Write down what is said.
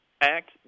act